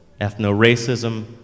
ethno-racism